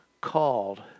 called